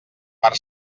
per